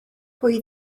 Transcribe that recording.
pwy